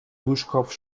duschkopf